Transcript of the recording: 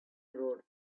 roads